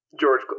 George